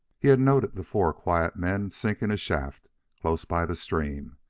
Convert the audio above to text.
he had noted the four quiet men sinking a shaft close by the stream,